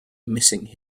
missing